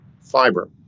fiber